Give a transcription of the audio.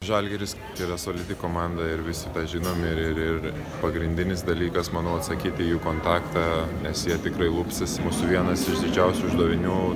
žalgiris yra solidi komanda ir visi žinomi ir ir pagrindinis dalykas manau atsakyti į jų kontaktą nes jie tikrai lupsis mūsų vienas iš didžiausių uždavinių